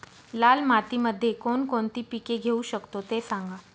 लाल मातीमध्ये कोणकोणती पिके घेऊ शकतो, ते सांगा